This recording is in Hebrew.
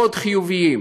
מאוד חיוביים,